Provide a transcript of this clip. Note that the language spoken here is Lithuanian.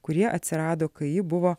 kurie atsirado kai ji buvo